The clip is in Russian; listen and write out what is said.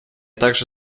также